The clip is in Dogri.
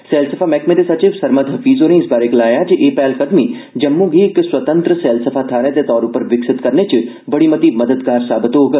सैलसफा मैहकमे दे सचिव सरमद हफीज़ होरें इस बारै गलाया ऐ जे एह पैहलकदमी जम्मू गी इक स्वतंत्र सैलसफा थाहर दे तौर उप्पर विकसित करने च बड़ी मददगार साबत होग